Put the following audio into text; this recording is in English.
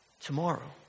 tomorrow